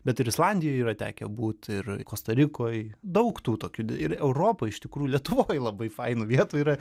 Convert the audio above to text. bet ir islandijoj yra tekę būt ir kosta rikoj daug tų tokių ir europoj iš tikrųjų lietuvoj labai fainų vietų yra